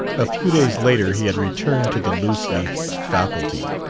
a few days later he had returned to the loose-leaf faculty.